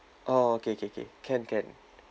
oh okay K K can can